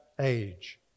age